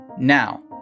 Now